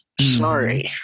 sorry